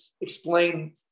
explain